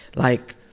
like,